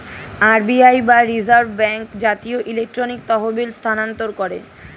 RBI বা reserve bank জাতীয় electronic তহবিল স্থানান্তর করে